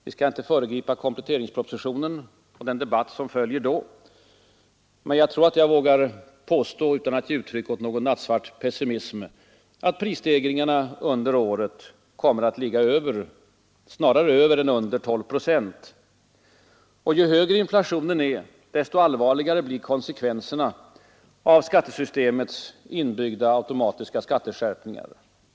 Vi skall inte föregripa kompletteringspropositionen och den debatt som följer efter den, men jag tror att jag vågar påstå utan att ge uttryck åt någon nattsvart pessimism, att prisstegringarna under året kommer att ligga snarare över än under 12 procent. Och ju kraftigare inflationen är, desto allvarligare blir konsekvenserna av skattesystemets inbyggda automatiska skatteskärpningar.